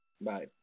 Bye